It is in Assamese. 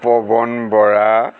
পৱন বৰা